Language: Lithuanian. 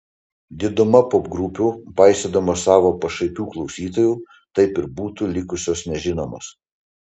diduma popgrupių paisydamos savo pašaipių klausytojų taip ir būtų likusios nežinomos